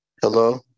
Hello